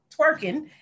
twerking